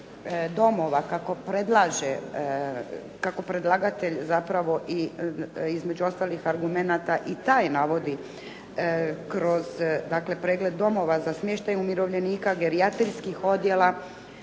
kako predlagatelj zapravo i između ostalih argumenata i taj navodi kroz dakle pregled domova za smještaj umirovljenika gerijatrijskih odjela